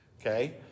Okay